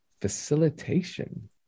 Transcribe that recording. facilitation